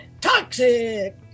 Toxic